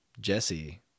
Jesse